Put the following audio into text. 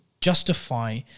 justify